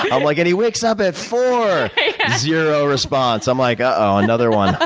i'm like, and, he wakes up at four zero response. i'm like, uh-oh, another one. ah